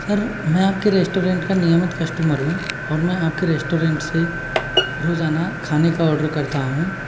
sir मैं आपके restaurant का नियमित कस्टमर कस्टमर हूँ और मैं आपके रेस्टोरेंट से रोज़ाना खाने का आर्डर करता हूँ